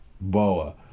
boa